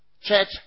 Church